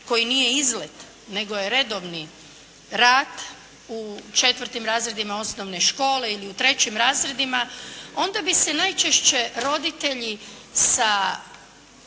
koji nije izlet nego je redovni rad u četvrtim razredima osnovne škole ili u trećim razredima, onda bi se najčešće roditelji iz